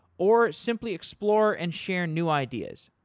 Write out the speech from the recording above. or, simply explore and share new ideas.